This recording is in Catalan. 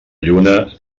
lluna